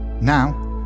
Now